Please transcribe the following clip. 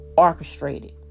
Orchestrated